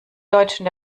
deutschen